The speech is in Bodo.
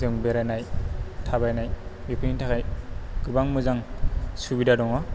जों बेरायनाय थाबायनाय बेफोरनि थाखाय गोबां मोजां सुबिदा दङ